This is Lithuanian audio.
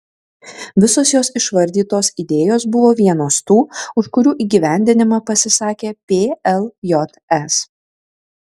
visos jos išvardytos idėjos buvo vienos tų už kurių įgyvendinimą pasisakė pljs